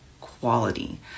quality